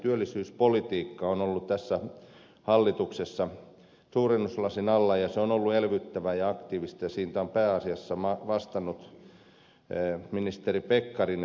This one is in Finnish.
työllisyyspolitiikka on ollut tässä hallituksessa suurennuslasin alla ja se on ollut elvyttävää ja aktiivista ja siitä on pääasiassa vastannut ministeri pekkarinen